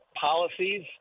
policies